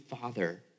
Father